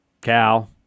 Cal